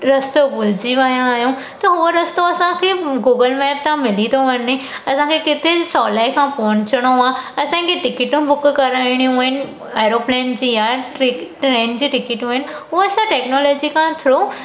रस्तो भुलिजी विया आहियूं त उहो रस्तो असांखे गूगल मेप तां मिली थो वञे असांखे किथे सवलाई खां पहुचणो आहे असांखे टिकिटूं बुक कराइणियूं आहिनि एरोप्लेन जी आहे ट्रे ट्रेन जी टिकिटूं आहिनि उहे असां टेक्नोलॉजी खां थ्रू